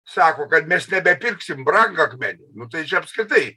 sako kad mes nebepirksim brangakmenių nu tai čia apskritai